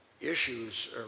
issues